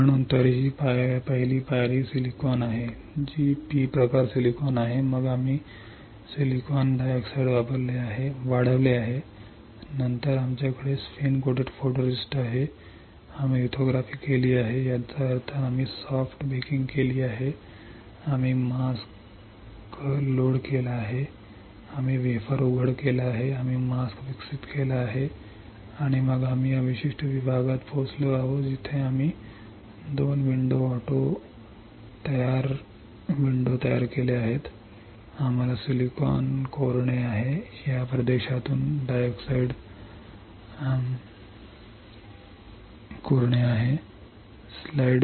म्हणून तरीही पहिली पायरी सिलिकॉन आहे जी पी प्रकार सिलिकॉन आहे मग आम्ही सिलिकॉन डायऑक्साइड वाढवले आहे नंतर आमच्याकडे स्पिन लेपित फोटोरिस्टिस्ट आहे आम्ही लिथोग्राफी केली आहे याचा अर्थ आम्ही सॉफ्ट बेकिंग केले आहे आम्ही मास्क लोड केला आहे आम्ही वेफर उघड केला आहे आम्ही मास्क विकसित केला आहे आणि मग आम्ही या विशिष्ट विभागात पोहोचलो आहोत जिथे आम्ही 2 विंडो ऑटो तयार विंडो तयार केल्या आहेत आम्हाला सिलिकॉन खोदणे आहे या प्रदेशातून डायऑक्साइड